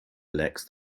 elects